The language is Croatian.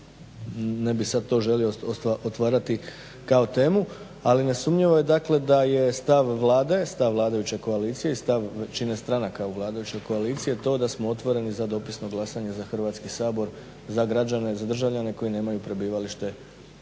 ne bih sad to želio otvarati kao temu. Ali nesumnjivo je dakle da je stav Vlade, stav vladajuće koalicije i stav većine stranaka u vladajućoj koaliciji je to da smo otvoreni za dopisno glasanje za Hrvatski sabor za građane, za državljane koji nemaju prebivalište